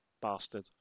bastard